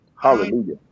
Hallelujah